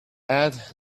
add